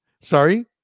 Sorry